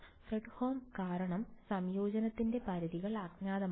Fredholm കാരണം സംയോജനത്തിന്റെ പരിധികൾ അജ്ഞാതമാണ്